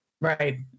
Right